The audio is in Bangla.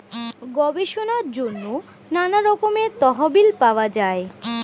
গবেষণার জন্য নানা রকমের তহবিল পাওয়া যায়